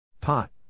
Pot